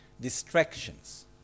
distractions